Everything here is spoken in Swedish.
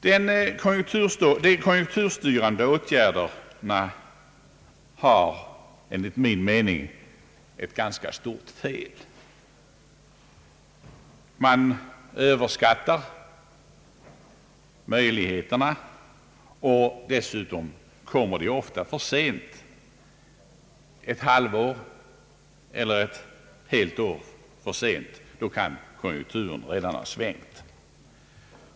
De konjunkturstyrande åtgärderna har enligt min mening ett ganska stort fel. Man överskattar deras möjligheter, och dessutom kommer de ofta för sent — ett halvår eller helt år för sent. Då kan konjunkturerna redan ha svängt.